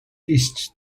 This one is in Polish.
iść